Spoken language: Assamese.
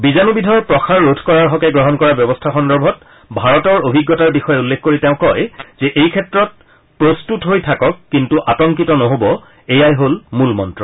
বীজাণুবিধৰ প্ৰসাৰ ৰোধ কৰাৰ হকে গ্ৰহণ কৰা ব্যৱস্থা সন্দৰ্ভত ভাৰতৰ অভিজতাৰ বিষয়ে উল্লেখ কৰি তেওঁ কয় যে এইক্ষেত্ৰত প্ৰস্তুত হৈ থাকক কিন্তু আতংকিত নহ'ব এয়াই হ'ল মূল মন্ত্ৰ